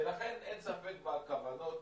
ולכן אין ספק בכוונות,